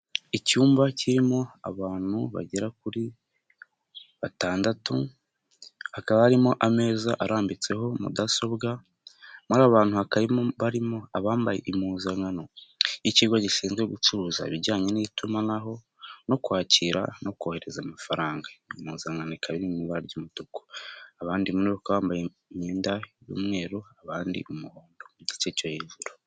Icyumba kirimo abantu bagera kuri batandatu, hakaba harimo ameza arambitseho mudasobwa, muri abo bantu barimo abambaye impuzankano ikigo gishinzwe gucuruza ibijyanye n'itumanaho no kwakira no kohereza amafaranga, impuzankano iboneka bambara ibara ry'umutuku abandi bambaye imyenda y'umweru, abandi umuhondo ku gice cyo hejuru.